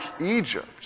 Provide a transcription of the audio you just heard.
Egypt